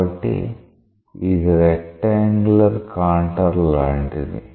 కాబట్టి ఇది rectangular contour లాంటిది